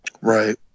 Right